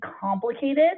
complicated